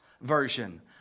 version